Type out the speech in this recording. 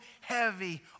heavy